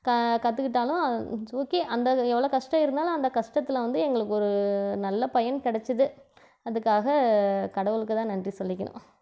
க கற்றுக்கிட்டாலும் அது இட்ஸ் ஓகே அந்த இது எவ்வளோ கஷ்டம் இருந்தாலும் அந்த கஷ்டத்தில் வந்து எங்களுக்கு ஒரு நல்ல பயன் கிடைச்சிது அதுக்காக கடவுளுக்கு தான் நன்றி சொல்லிக்கணும்